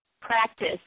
practice